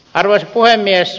arvoisa puhemies